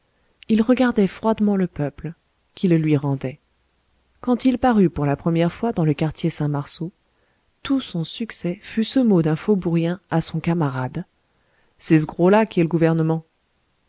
il regardait froidement le peuple qui le lui rendait quand il parut pour la première fois dans le quartier saint-marceau tout son succès fut ce mot d'un faubourien à son camarade c'est ce gros là qui est le gouvernement